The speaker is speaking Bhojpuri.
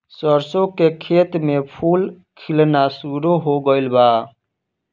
सरसों के खेत में फूल खिलना शुरू हो गइल बा